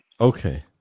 Okay